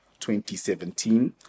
2017